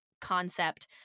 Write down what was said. concept